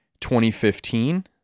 2015